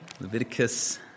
Leviticus